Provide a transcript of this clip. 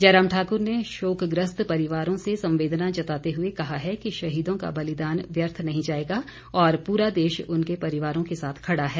जयराम ठाकुर ने शोकग्रस्त परिवारों से संवेदनाएं जताते हुए कहा है कि शहीदों का बलिदान व्यर्थ नहीं जाएगा और पूरा देश उनके परिवारों के साथ खड़ा है